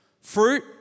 Fruit